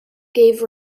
gave